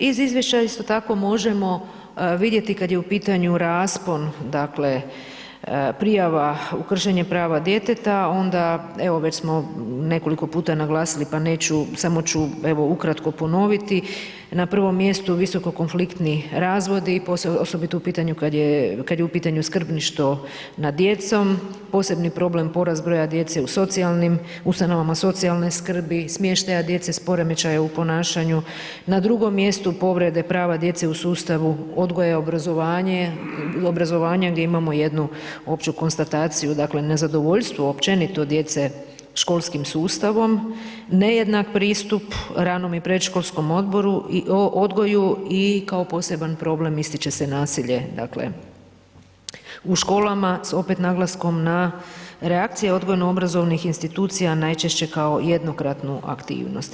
Iz izvješća isto tako možemo vidjeti kada je u pitanju raspon, dakle, prijava u kršenje prava djeteta, onda, evo već smo nekoliko puta naglasili, pa neću, samo ću ukratko ponoviti, na prvom mjesto visoko konfliktni razvodi, osobito u pitanju, kada je u pitanju skrbništvo nad djecom, posebni problem porast broja djece, u socijalnim ustanovama, socijalne skrbi, smještaja djece s poremećajima u ponašanju, na drugom mjestu povrede prava djece u sustavu odgoja i obrazovanje, u obrazovanje gdje imamo jednu opću konstataciju, dakle, nezadovoljstvo općenito djece školskim sustavom, nejednak pristup, ranom i predškolskom odgoju i kao poseban problem ističe se nasilje, dakle, u školama, opet s naglaskom na reakcije odgojno obrazovnih institucija, najčešće kao jednokratnu aktivnost.